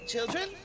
Children